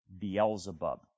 Beelzebub